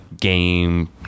game